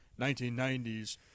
1990s